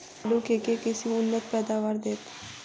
आलु केँ के किसिम उन्नत पैदावार देत?